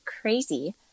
crazy